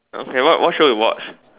okay what what show you watch